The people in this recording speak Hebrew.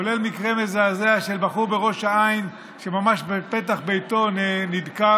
כולל מקרה מזעזע של בחור בראש העין שממש בפתח ביתו נדקר.